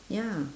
ya